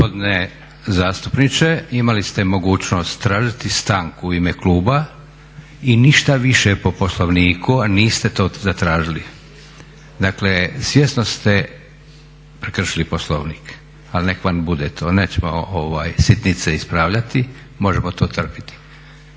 Gospodine zastupniče, imali ste mogućnost tražiti stanku u ime kluba i ništa više po Poslovniku, a niste to zatražili. Dakle svjesno ste prekršili Poslovnik, ali neka vam bude to. Nećemo sitnice ispravljati, možemo to trpiti.